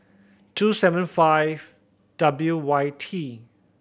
two seven five W Y T